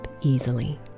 easily